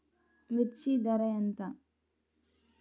మిర్చి ధర ఎంత?